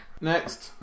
Next